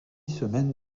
semaines